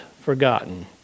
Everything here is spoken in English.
forgotten